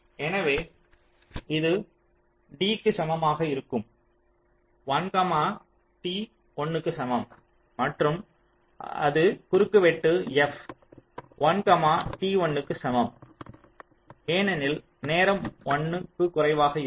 எனவே இது d க்கு சமமாக இருக்கும் 1 t 1 க்கு சமம் மற்றும் அது குறுக்குவெட்டு f 1 t 1 க்கு சமம் ஏனெனில் நேரம் 1 குறைவாக இருக்கும்